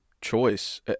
choice